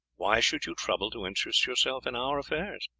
why should you trouble to interest yourself in our affairs?